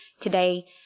Today